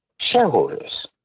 shareholders